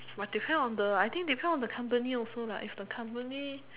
my depend on the I think depend on the company also lah if the company